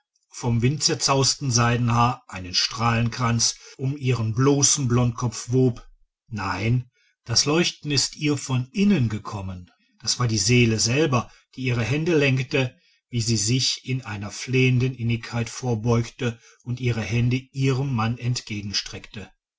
vom wind zerzausten seidenhaar einen strahlenkranz um ihren bloßen blondkopf wob nein das leuchten ist ihr von innen gekommen das war die seele selber die ihre hände lenkte wie sie sich in einer flehenden innigkeit vorbeugte und ihre hände ihrem mann entgegenstreckte